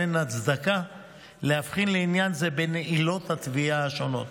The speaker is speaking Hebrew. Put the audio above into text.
אין הצדקה להבחין לעניין זה בין עילות התביעה השונות.